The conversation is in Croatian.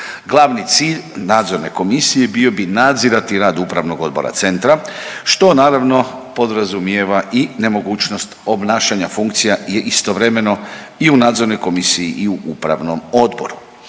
Glavni cilj nadzorne komisije bio bi nadzirati rad upravnog odbora centra što naravno podrazumijeva i nemogućnost obnašanja funkcija istovremeno i u nadzornoj komisiji i u upravnom odboru.